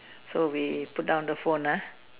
so we put down the phone ah